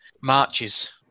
marches